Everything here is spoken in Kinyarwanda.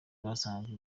basangaga